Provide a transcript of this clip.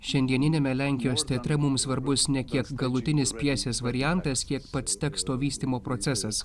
šiandieniniame lenkijos teatre mums svarbus ne kiek galutinis pjesės variantas kiek pats teksto vystymo procesas